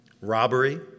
robbery